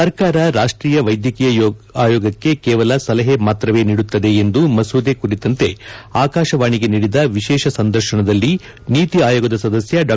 ಸರ್ಕಾರ ರಾಷ್ರೀಯ ವೈದ್ಯಕೀಯ ಯೋಗಕ್ಕೆ ಕೇವಲ ಸಲಹೆ ಮಾತ್ರವೇ ನೀಡುತ್ತದೆ ಎಂದು ಮಸೂದೆ ಕುರಿತಂತೆ ಆಕಾಶವಾಣಿಗೆ ನೀಡಿದ ವಿಶೇಷ ಸಂದರ್ಶನದಲ್ಲಿ ನೀತಿ ಆಯೋಗದ ಸದಸ್ಯ ಡಾ